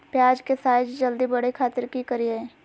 प्याज के साइज जल्दी बड़े खातिर की करियय?